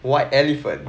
white elephant